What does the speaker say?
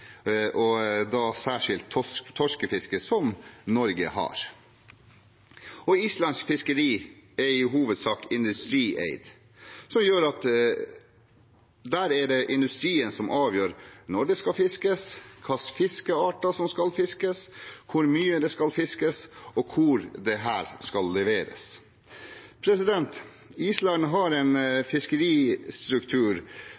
og da særskilt torskefisket, som Norge har. Og islandske fiskerier er i hovedsak industrieid, noe som gjør at der er det industrien som avgjør når det skal fiskes, hvilke fiskearter som skal fiskes, hvor mye det skal fiskes, og hvor dette skal leveres. Island har en